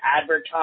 advertise